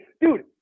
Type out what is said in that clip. Dude